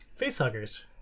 facehuggers